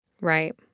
Right